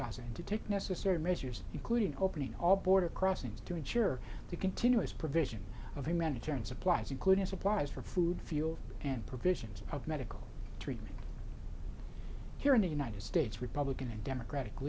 and to take necessary measures including opening all border crossings to ensure the continuous provision of humanity and supplies including supplies for food fuel and provisions of medical treatment here in the united states republican and democratic